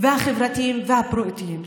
החברתיים והבריאותיים.